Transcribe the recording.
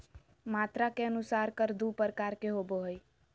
मात्रा के अनुसार कर दू प्रकार के होबो हइ